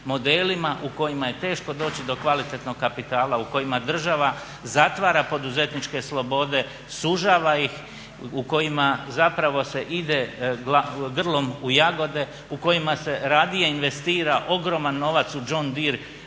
modelima u kojima je teško doći do kvalitetnog kapitala u kojima država zatvara poduzetničke slobode, sužava ih u kojima se ide grlom u jagode, u kojima se radije investira ogroman novac u JOhn Deere